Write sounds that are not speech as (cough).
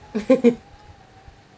(laughs)